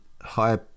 high